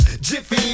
jiffy